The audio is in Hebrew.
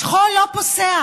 השכול לא פוסח,